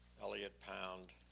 elliot pound,